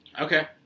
Okay